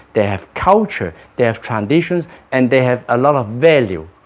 they have culture they have traditions and they have a lot of value